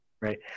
Right